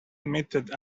emitted